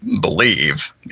believe